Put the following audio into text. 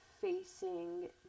facing